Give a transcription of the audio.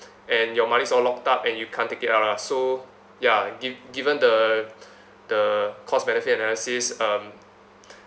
and your money's all locked up and you can't take it out lah so ya gi~ given the the cost benefit analysis um